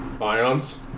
ions